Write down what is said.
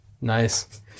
Nice